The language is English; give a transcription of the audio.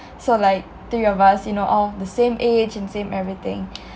so like three of us you know all the same age and same everything